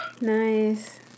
Nice